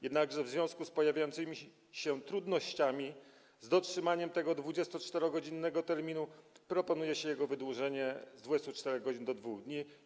Jednakże w związku z pojawiającymi się trudnościami z dotrzymaniem tego 24-godzinnego terminu proponuje się jego wydłużenie z 24 godzin do 2 dni.